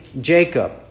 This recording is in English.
Jacob